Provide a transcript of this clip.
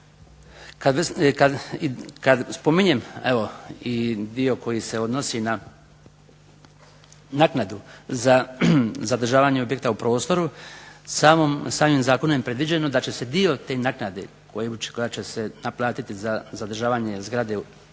Kad spominjem i dio koji se odnosi na naknadu za zadržavanje objekta u prostoru, samim zakonom je predviđeno da će se dio te naknade koja će se naplatiti za zadržavanje zgrade,